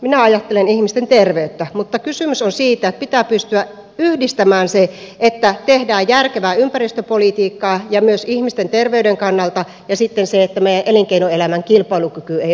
minä ajattelen ihmisten terveyttä mutta kysymys on siitä että pitää pystyä yhdistämään se että tehdään järkevää ympäristöpolitiikkaa myös ihmisten terveyden kannalta ja sitten se että meidän elinkeinoelämän kilpailukyky ei vaarannu